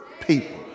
people